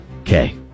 Okay